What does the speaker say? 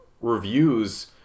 reviews